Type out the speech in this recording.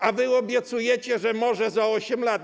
A wy obiecujecie, że może za 8 lat.